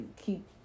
keep